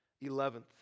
Eleventh